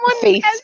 face